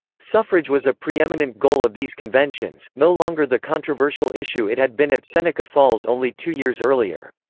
suffrage was a preeminent goal of these conventions, no longer the controversial issue it had been at seneca falls only two years earlier.